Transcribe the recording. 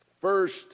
First